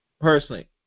Personally